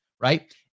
right